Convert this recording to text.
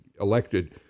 elected